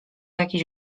jakiś